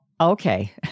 okay